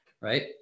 right